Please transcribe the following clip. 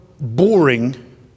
boring